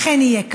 אכן יהיה כך.